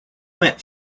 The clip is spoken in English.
met